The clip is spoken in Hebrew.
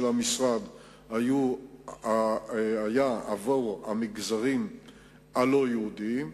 המשרד היה עבור המגזרים הלא-יהודיים,